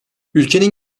ülkenin